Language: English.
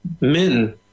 men